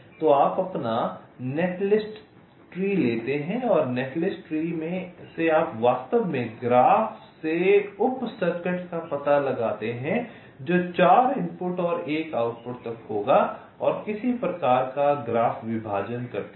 तो आप अपना नेटलिस्ट ट्री लेते हैं और नेटलिस्ट ट्री से आप वास्तव में ग्राफ से उप सर्किट का पता लगाते हैं जो 4 इनपुट और 1 आउटपुट तक होगा और किसी प्रकार का ग्राफ विभाजन करते हैं